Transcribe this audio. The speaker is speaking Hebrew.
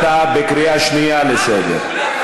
אתה בקריאה שנייה לסדר.